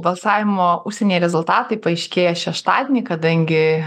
balsavimo užsienyje rezultatai paaiškėja šeštadienį kadangi